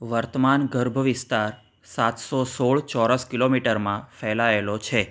વર્તમાન ગર્ભ વિસ્તાર સાતસો સોળ ચોરસ કિલોમીટરમાં ફેલાયેલો છે